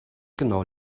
genau